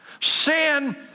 Sin